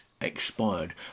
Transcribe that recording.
expired